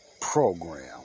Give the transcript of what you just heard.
program